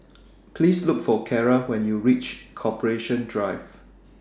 Please Look For Carra when YOU REACH Corporation Drive